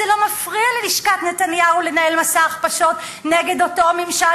זה לא מפריע ללשכת נתניהו לנהל מסע הכפשות נגד אותו ממשל